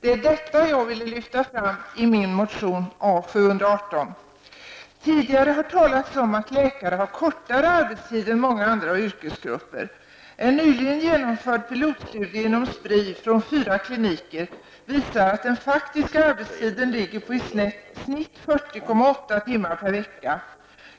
Det är detta som jag ville lyfta fram i min motion Tidigare har talats om att läkare har kortare arbetstid än många andra yrkesgrupper. En nyligen genomförd pilotstudie inom Spri från fyra kliniker visar att den faktiska arbetstiden ligger på i snitt 40,8 timmar per vecka.